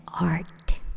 art